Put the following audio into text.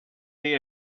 the